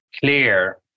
clear